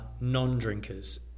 non-drinkers